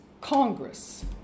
Congress